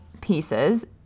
pieces